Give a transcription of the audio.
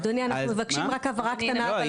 אדוני, אנחנו מבקשים רק הבהרה קטנה לפרוטוקול.